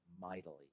mightily